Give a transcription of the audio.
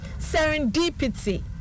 serendipity